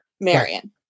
Marion